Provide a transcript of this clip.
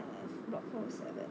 block four seven